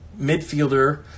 midfielder